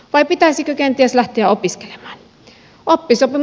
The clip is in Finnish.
vai pitäisikö kenties lähteä opiskelemaan